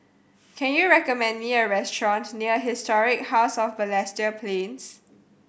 can you recommend me a restaurant near Historic House of Balestier Plains